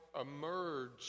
emerge